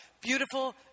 beautiful